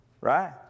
right